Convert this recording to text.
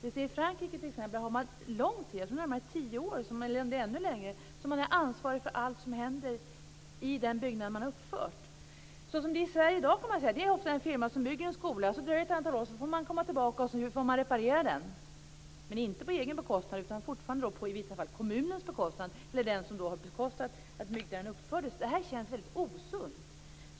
I Frankrike är byggarna ansvariga i tio år eller längre för allt som händer i den byggnad de har uppfört. I Sverige är det en firma som bygger en skola. Sedan dröjer det ett antal år, och därefter kommer firman tillbaka och reparerar skolan - men inte på egen bekostnad utan i vissa fall på kommunens bekostnad. Det känns osunt.